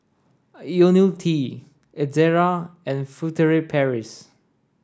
Ionil T Ezerra and Furtere Paris